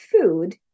food